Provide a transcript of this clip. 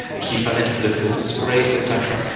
he fell into political disgrace, etc.